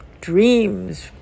dreams